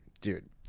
Dude